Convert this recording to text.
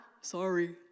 sorry